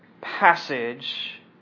passage